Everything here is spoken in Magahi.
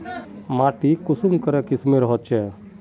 माटी कुंसम करे किस्मेर होचए?